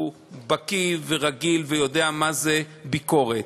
שהוא בקי ורגיל ויודע מה זה ביקורת,